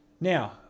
now